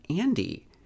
Andy